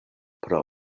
pro